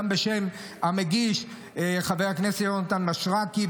גם בשם המגיש חבר הכנסת יונתן מישרקי,